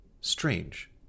strange